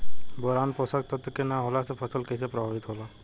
Boron पोषक तत्व के न होला से फसल कइसे प्रभावित होला?